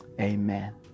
Amen